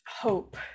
hope